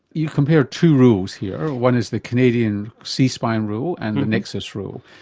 you compared two rules here, one is the canadian c-spine rule and the nexus rule.